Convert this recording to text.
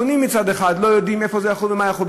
הקונים מצד אחר לא יודעים איפה זה יחול ומה יחול,